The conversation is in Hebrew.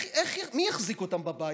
מי יחזיק אותם בבית?